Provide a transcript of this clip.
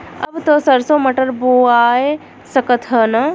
अब त सरसो मटर बोआय सकत ह न?